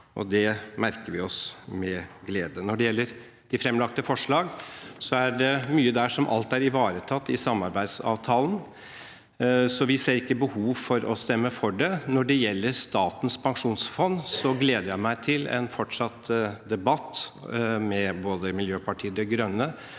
det merker vi oss med glede. Når det gjelder de fremlagte forslag, er det mye der som alt er ivaretatt i samarbeidsavtalen, så vi ser ikke behov for å stemme for dem. Når det gjelder Statens pensjonsfond, gleder jeg meg til en fortsatt debatt med både Miljøpartiet De Grønne